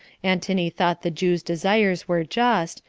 antony thought the jews' desires were just,